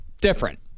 different